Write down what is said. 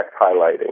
highlighting